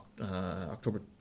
October